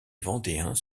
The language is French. vendéens